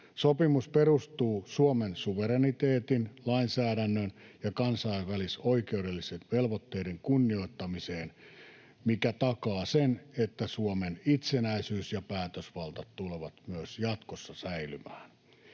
Sopimus perustuu Suomen suvereniteetin, lainsäädännön ja kansainvälisoikeudellisten velvoitteiden kunnioittamiseen, mikä takaa sen, että Suomen itsenäisyys ja päätösvalta tulevat myös jatkossa säilymään.